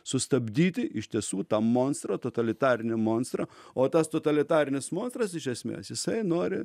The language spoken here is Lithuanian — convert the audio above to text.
sustabdyti iš tiesų tą monstrą totalitarinę monstrą o tas totalitarinis monstras iš esmės jisai nori